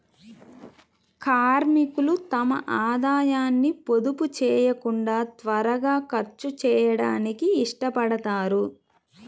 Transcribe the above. కార్మికులు తమ ఆదాయాన్ని పొదుపు చేయకుండా త్వరగా ఖర్చు చేయడానికి ఇష్టపడతారు